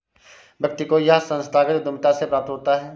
व्यक्ति को यह संस्थागत उद्धमिता से प्राप्त होता है